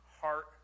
Heart